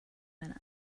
minute